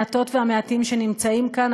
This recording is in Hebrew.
המעטות והמעטים שנמצאים כאן,